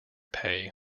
pay